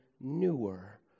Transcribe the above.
newer